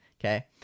okay